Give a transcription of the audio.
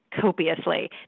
Copiously